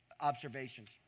observations